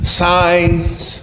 signs